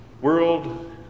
world